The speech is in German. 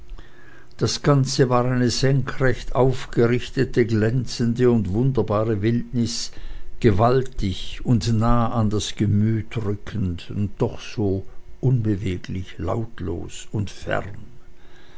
das ganze war eine senkrecht aufgerichtete glänzende und wunderbare wildnis gewaltig und nah an das gemüt rückend und doch so lautlos unbeweglich und fern